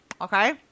Okay